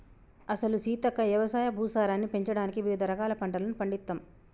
అసలు సీతక్క యవసాయ భూసారాన్ని పెంచడానికి వివిధ రకాల పంటలను పండిత్తమ్